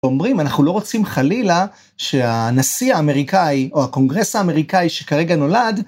אומרים אנחנו לא רוצים חלילה שהנשיא האמריקאי או הקונגרס האמריקאי שכרגע נולד.